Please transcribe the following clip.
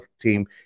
team